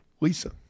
Lisa